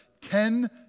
ten